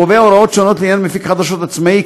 הקובע הוראות שונות לעניין מפיק חדשות עצמאי,